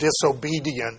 disobedient